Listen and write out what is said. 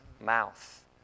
mouth